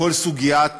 בכל סוגיית